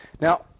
Now